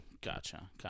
Gotcha